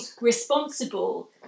responsible